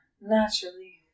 naturally